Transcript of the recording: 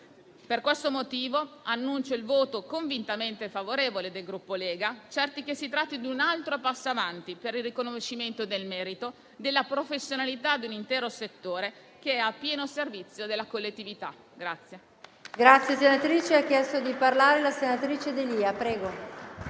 Per questo motivo annuncio il voto convintamente favorevole del Gruppo Lega, certi che si tratti di un altro passo avanti per il riconoscimento del merito e della professionalità di un intero settore che è a pieno servizio della collettività.